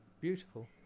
beautiful